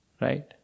Right